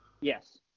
yes